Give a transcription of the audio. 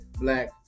black